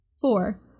Four